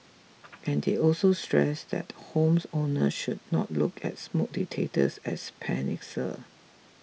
and they also stressed that homes owners should not look at smoke detectors as panacea